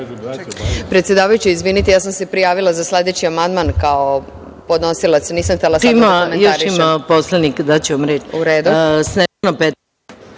Predsedavajuća, izvinite, ja sam se prijavila za sledeći amandman, kao podnosilac. Nisam htela sada da komentarišem.